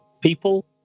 people